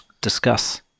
Discuss